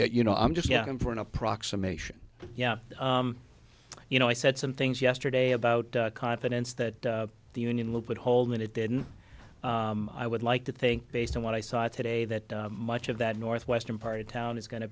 you know i'm just going for an approximation yeah you know i said some things yesterday about confidence that the union would hold and it didn't i would like to think based on what i saw today that much of that northwestern part of town is going to